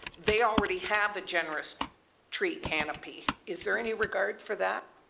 they already have a generous tree canopy is. there any regard for that.